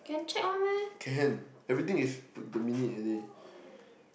can check [one] meh